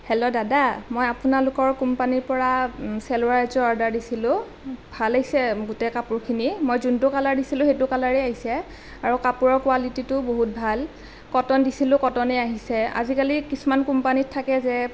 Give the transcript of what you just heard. hello দাদা মই আপোনালোকৰ কোম্পানীৰ পৰা চেলোৱাৰ এজোৰ অৰ্ডাৰ দিছিলোঁ ভাল আহিছে গোটেই কাপোৰখিনি মই যোনটো কালাৰ দিছিলোঁ সেইটো কালাৰেই আহিছে আৰু কাপোৰৰ কোৱালিটিটোও বহুত ভাল কটন দিছিলোঁ কটনেই আহিছে আজিকালি কিছুমান কোম্পানীত থাকে